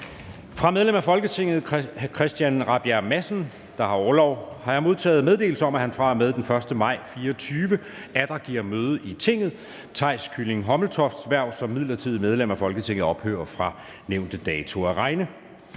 Fra medlem af Folketinget Christian Rabjerg Madsen (S), der har orlov, har jeg modtaget meddelelse om, at han fra og med den 1. maj 2024 atter kan give møde i Tinget. Theis Kylling Hommeltofts (S) hverv som midlertidigt medlem af Folketinget ophører fra nævnte dato at regne.